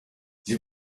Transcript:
sie